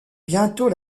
bientôt